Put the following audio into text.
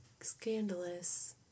scandalous